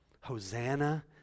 Hosanna